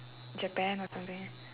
japan or something